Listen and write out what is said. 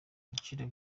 ibiciro